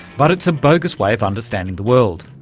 but it's a bogus way of understanding the world,